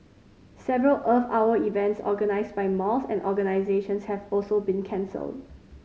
several Earth Hour events organised by malls and organisations have also been cancelled